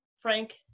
Frank